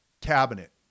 cabinet